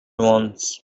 once